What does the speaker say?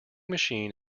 machine